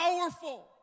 powerful